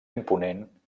imponent